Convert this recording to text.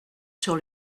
sur